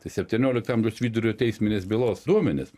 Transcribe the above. tai septyniolikto amžiaus vidurio teisminės bylos duomenys